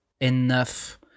enough